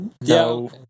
No